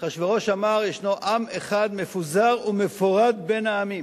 אחשוורוש אמר: "ישנו עם אחד מפֻזר ומפֹרד בין העמים",